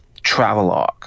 travelogue